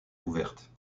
ouverte